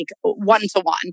one-to-one